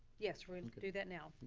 yes, we're gonna do that now.